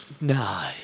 No